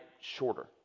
shorter